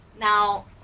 Now